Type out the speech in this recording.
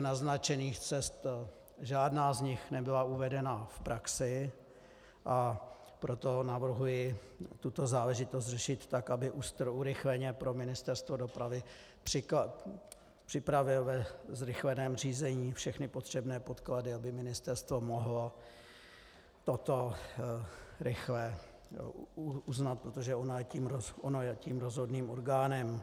Z naznačených cest žádná nebyla uvedena v praxi, a proto navrhuji tuto záležitost řešit tak, aby ÚSTR urychleně pro Ministerstvo dopravy připravil ve zrychleném řízení všechny potřebné podklady, aby ministerstvo mohlo toto rychle uznat, protože ono je tím rozhodným orgánem.